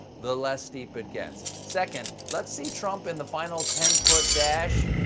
the less steep it gets. second, let's see trump in the final ten foot dash.